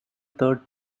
third